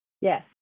Yes